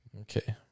Okay